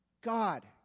God